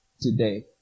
today